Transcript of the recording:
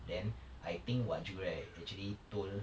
then I think wak ju right actually told